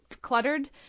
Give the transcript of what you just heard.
cluttered